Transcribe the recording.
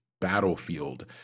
battlefield